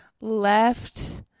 left